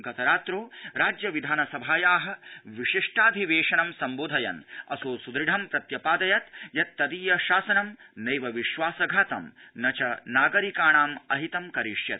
गतरात्रौ राज्य विधानसभाया विशिष्टाधिवेशनं संबोधयन् असौ सुदृढं प्रत्यपादयत् यत् तदीय शासनं नैव विश्वासघातं न च नागरिकाणाम् अहितं करिष्यति